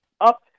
up